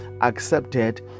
accepted